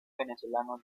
venezolano